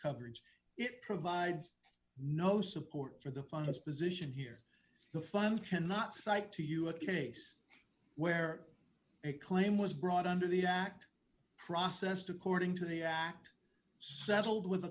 coverage it provides no support for the fund his position here the fund cannot cite to you a case where a claim was brought under the act processed according to the act settled with